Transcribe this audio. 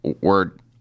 word